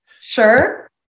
Sure